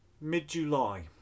Mid-July